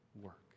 work